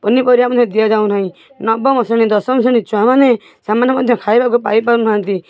ପନିପରିବା ମଧ୍ୟ ଦିଆଯାଉ ନାହିଁ ନବମ ଶ୍ରେଣୀ ଦଶମ ଶ୍ରେଣୀ ଛୁଆମାନେ ସେମାନେ ମଧ୍ୟ ଖାଇବାକୁ ପାଇପାରୁ ନାହାନ୍ତି